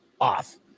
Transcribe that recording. off